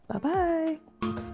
Bye-bye